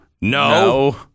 No